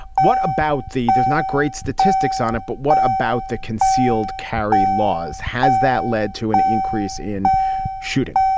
what about the there's not great statistics on it, but what about the concealed carry laws? has that led to an increase in shooting?